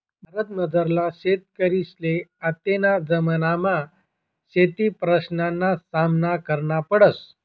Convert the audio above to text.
भारतमझारला शेतकरीसले आत्तेना जमानामा शेतीप्रश्नसना सामना करना पडस